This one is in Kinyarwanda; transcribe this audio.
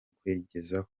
kwigezaho